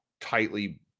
tightly